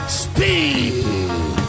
speed